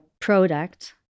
product